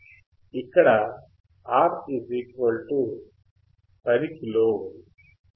ఇక్కడ R 10 kilo ohm C 0